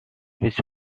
which